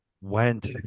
went